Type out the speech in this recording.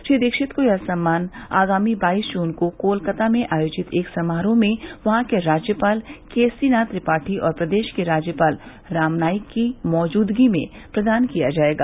श्री दीक्षित को यह सम्मान आगामी बाईस जून को कोलकाता में आयोजित एक समारोह में वहां के राज्यपाल केसरी नाथ त्रिपाठी और प्रदेश के राज्यपाल राम नाईक की मौजूदगी में प्रदान किया जायेगा